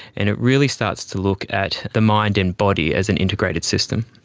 and it really starts to look at the mind and body as an integrated system.